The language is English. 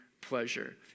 pleasure—